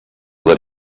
that